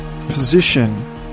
position